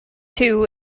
two